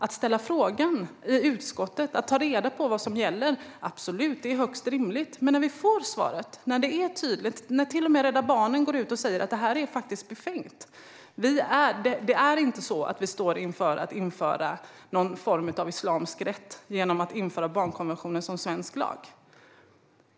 Att ställa frågan i utskottet och ta reda på vad som gäller är högst rimligt, absolut. Men att fortsätta när vi fått svaret, när det är tydligt och till och med när Rädda Barnen går ut och säger att det här är befängt, att det inte är så att vi står inför att införa någon form av islamisk rätt genom att införa barnkonventionen som svensk lag, är inte det.